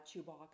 Chewbacca